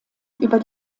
über